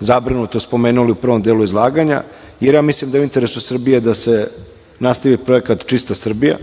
zabrinuto spomenuli u prvom delu izlaganja, jer ja mislim da je u interesu Srbije da se nastavi projekat „Čista Srbija“,